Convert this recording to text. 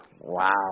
Wow